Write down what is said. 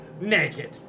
naked